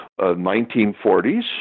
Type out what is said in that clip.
1940s